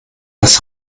das